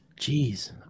Jeez